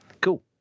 cool